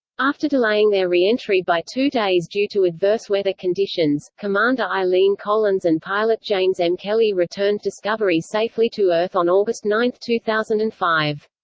after delaying their re-entry by two days due to adverse weather conditions, commander eileen collins and pilot james m. kelly returned discovery safely to earth on august nine, two thousand and five.